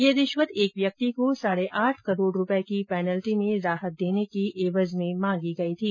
यह रिश्वत एक व्यक्ति को साढे आठ करोड रूपयों की पैनल्टी में राहत देने की एवज में मांगी गई थी